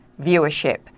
viewership